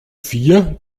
vier